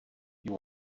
you